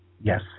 Yes